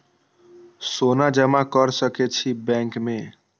सोना जमा कर सके छी बैंक में?